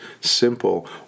simple